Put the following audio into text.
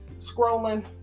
scrolling